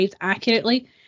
accurately